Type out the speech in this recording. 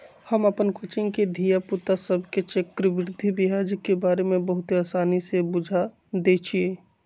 हम अप्पन कोचिंग के धिया पुता सभके चक्रवृद्धि ब्याज के बारे में बहुते आसानी से बुझा देइछियइ